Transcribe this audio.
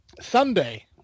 Sunday